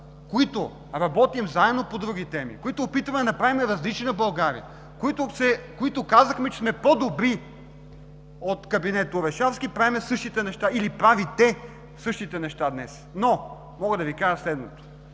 които работим заедно по други теми, с които се опитваме да направим различна България, с които казахме, че сме по-добри от кабинета Орешарски, правим същите неща, или правите същите неща. Мога да Ви кажа следното.